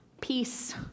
peace